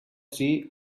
sea